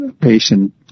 patient